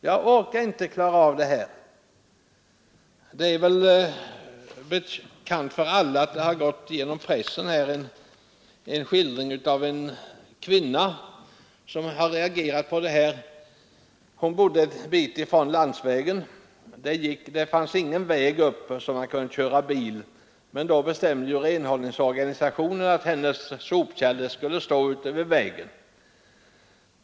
Jag kan inte klara av det här.” I pressen har det berättats om en kvinna som hade reagerat på det här; det är väl bekant för alla. Hon bodde en bit från landsvägen, och det fanns ingen väg upp till henne som man kunde köra bil på. Då bestämde renhållningsorganisationen att hennes sopkärl skulle stå ute vid landsvägen.